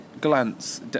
glance